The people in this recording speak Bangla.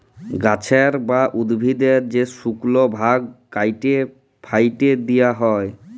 গাহাচের বা উদ্ভিদের যে শুকল ভাগ ক্যাইটে ফ্যাইটে দিঁয়া হ্যয়